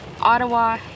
Ottawa